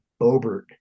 bobert